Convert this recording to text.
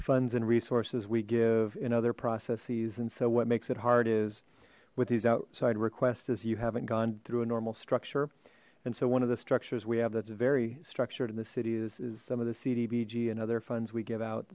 funds and resources we give in other processes and so what makes it hard is with these outside requests as you haven't gone through a normal structure and so one of the structures we have that's very structured in the city is is some of the cdbg and other funds we give out